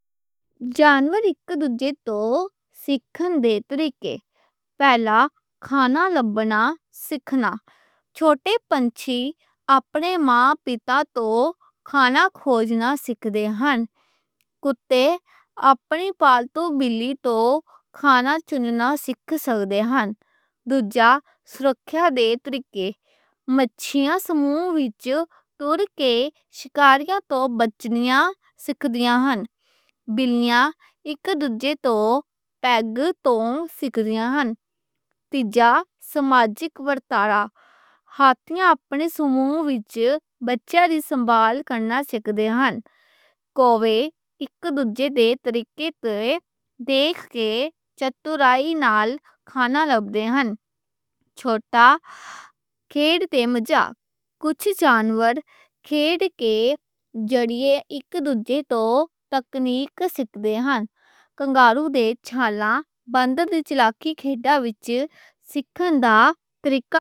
جانور اک دوجھے توں سکھن دے طریقے۔ پہلا، کھانا کھوجنا، سکھنا۔ بالکاں، اپنے ماں پتا توں کھانا کھوجنا سکھ دے ہیں۔ کٹے، اپنے پال تو بلی توں کھانا چننا سکھ سک دے ہیں۔ دوجھا، سیکیورٹی دے طریقے۔ مچھیاں سموہ توڑ کے شکاریوں توں بچنیاں سکھ دے ہیں۔ بِلیاں، اک دوجھے توں پیغ توں سکھ دے ہیں۔ تیجا، معاشرتی ورتا۔ ہاتیاں، اپنے سموہ وچ بچہ دی سنبھال کرنا سکھ دے ہیں۔ کوے، اک دوجھے تے طریقے تے دیکھ کے چالاکی نال کھانا لبھ دے ہیں۔ چھوٹا، کھیل تے مذاق۔ کجھ جانور کھیل کے ذریعے اک دوجھے توں تکنیک سکھ دے ہیں۔ کنگارو دے چھالا، بندر دی چالاکی کھیڑا وچ سکھن دا طریقہ۔